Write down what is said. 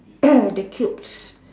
the quilts